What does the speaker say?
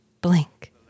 Blink